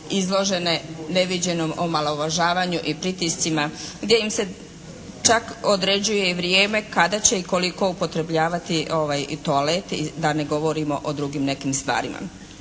izložene neviđenom omalovažavanju i pritiscima, gdje im se čak određuje i vrijeme kada će i koliko upotrebljavati i toalet, da ne govorimo o drugim nekim stvarima.